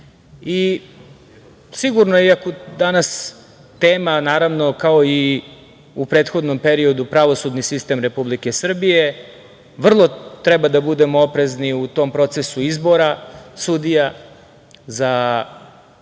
zemlji. Sigurno, i ako je danas tema kao i u prethodnom periodu pravosudni sistem Republike Srbije, vrlo treba da budemo precizni u tom procesu izbora sudija na svim